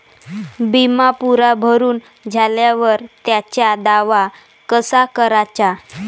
बिमा पुरा भरून झाल्यावर त्याचा दावा कसा कराचा?